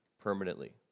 permanently